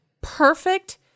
perfect